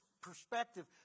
perspective